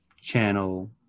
channel